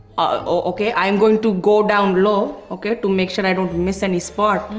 okay, i'm going to go down low, okay, to make sure i don't miss any spots. mm.